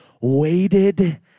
waited